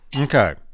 Okay